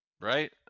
Right